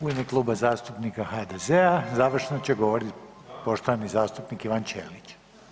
U ime Kluba zastupnika HDZ-a završno će govoriti poštovani zastupnik Ivan Ćelić.